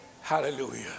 Hallelujah